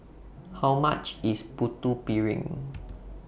How much IS Putu Piring